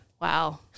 Wow